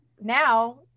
now